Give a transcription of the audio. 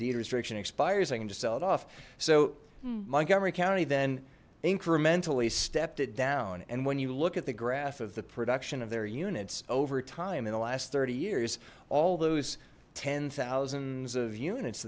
deed restriction expires i can just sell it off so montgomery county then incrementally stepped it down and when you look at the graph of the production of their units over time in the last thirty years all those ten thousands of units